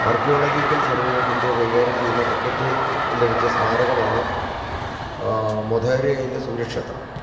archaeological Survey of India കൈകാര്യം ചെയ്യുന്ന ticket ലഭിച്ച സ്മാരകമാണ് മൊധേരയിലെ സൂര്യക്ഷേത്രം